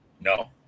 No